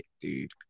dude